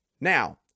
Now